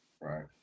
right